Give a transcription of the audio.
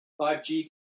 5G